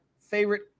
favorite